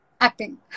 Acting